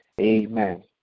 Amen